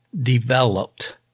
developed